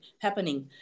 happening